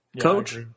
Coach